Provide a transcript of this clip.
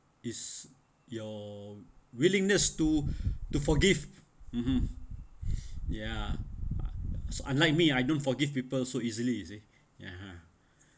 is your willingness to to forgive mmhmm ya so unlike me I don't forgive people so easily you see ya uh